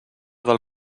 del